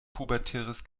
pubertäres